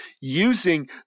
using